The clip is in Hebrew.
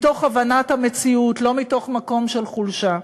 מתוך הבנת המציאות, לא מתוך מקום של חולשה.